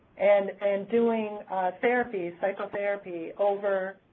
and and doing therapy, psychotherapy over,